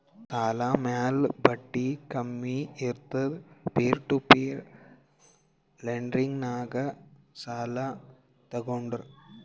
ಸಾಲ ಮ್ಯಾಲ ಬಡ್ಡಿ ಕಮ್ಮಿನೇ ಇರ್ತುದ್ ಪೀರ್ ಟು ಪೀರ್ ಲೆಂಡಿಂಗ್ನಾಗ್ ಸಾಲ ತಗೋಂಡ್ರ್